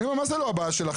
אני אומר מה זה לא הבעיה שלכם?